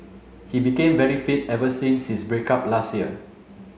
he became very fit ever since his break up last year